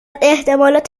احتمالات